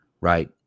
right